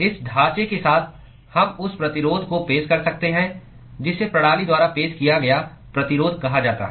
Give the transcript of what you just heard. इस ढांचे के साथ हम उस प्रतिरोध को पेश कर सकते हैं जिसे प्रणाली द्वारा पेश किया गया प्रतिरोध कहा जाता है